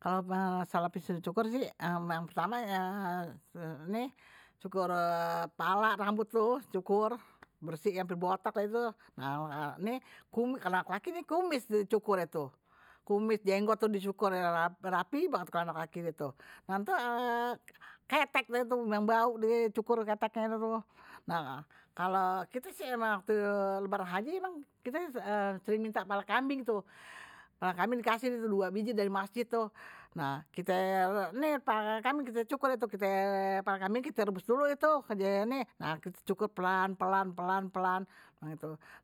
Kalo masalah piso cukur sih ame yang pertama cukur kepala rambut tuh cukur, bersihin ampe botak tuh kalo anak laki kumis dicukurnye tuh, kumis jenggot tuh dicukur rapi banget kalo anak laki tuh, nah tuh ketek deh tuh yang bau tuh, nah kalo kite waktu lebaran haji emang sering minta kepala kambing tuh, kepala kambing dikasih tuh dua biji dari masjid tuh, nah kite ini kepala kambing kite cukur deh tuh sebelumnye kepala kambing direbus dulu deh tu keje ini, trus kite cukur pelan pelan pelan pelan